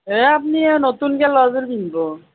এ আপুনি আৰু নতুনকৈ লোৱা যোৰ পিন্ধিব